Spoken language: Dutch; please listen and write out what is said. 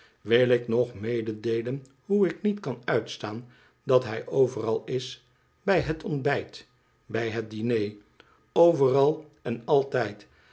wil ik nog mededeelen hoe ik niet kan uitstaan dat hij overal is bh het ontbijt bij het diner overal en altijd